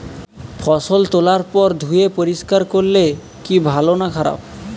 ফসল তোলার পর ধুয়ে পরিষ্কার করলে কি ভালো না খারাপ?